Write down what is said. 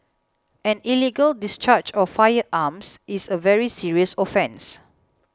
any illegal discharge of firearms is a very serious offence